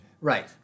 right